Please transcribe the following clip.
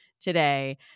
today